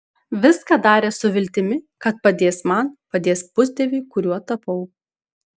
viską darė su viltimi kad padės man padės pusdieviui kuriuo tapau